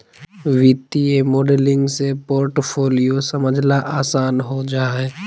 वित्तीय मॉडलिंग से पोर्टफोलियो समझला आसान हो जा हय